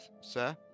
sir